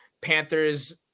Panthers